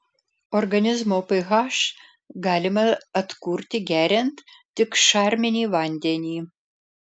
organizmo ph galima atkurti geriant tik šarminį vandenį